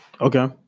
Okay